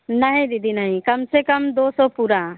नहीं दीदी नहीं कम से कम दो सौ पूरा